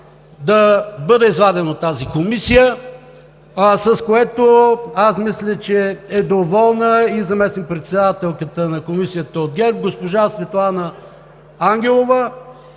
Да бъда изваден от тази Комисия, за което аз мисля, че е доволна и заместник-председателката на Комисията от ГЕРБ госпожа Светлана Ангелова,